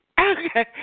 Okay